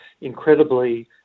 incredibly